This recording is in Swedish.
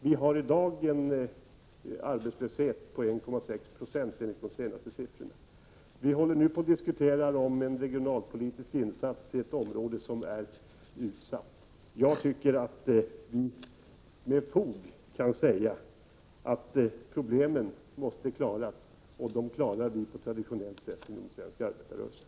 Vi har i dag, enligt de senaste siffrorna, en arbetslöshet på 1,6 26. Vi diskuterar nu regionalpolitiska insatser i ett område som är utsatt. Jag tycker att vi med fog kan säga att problemen måste lösas. Och vi löser dem på traditionellt sätt inom svensk arbetarrörelse.